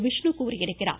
விஷ்ணு கூறியிருக்கிறார்